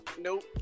Nope